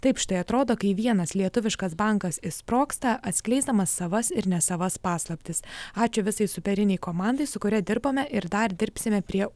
taip štai atrodo kai vienas lietuviškas bankas išsprogsta atskleisdamas savas ir ne savas paslaptis ačiū visai superiniai komandai su kuria dirbome ir dar dirbsime prie